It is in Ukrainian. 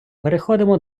переходимо